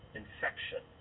infection